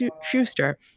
Schuster